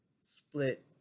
split